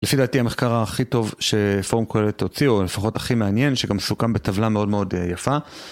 לפי דעתי המחקר הכי טוב שפורום קהלת הוציא הוא לפחות הכי מעניין שגם סוכם בטבלה מאוד מאוד יפה.